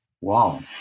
Wow